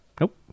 Nope